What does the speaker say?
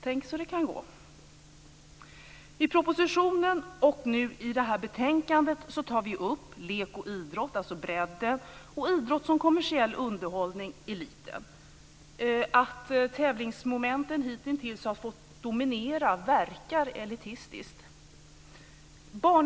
Tänk så det kan gå! I propositionen och i det här betänkandet tar man upp lek och idrott, dvs. bredden, och idrott som kommersiell underhållning, dvs. eliten. Att tävlingsmomenten hittills har fått dominera verkar elitistiskt.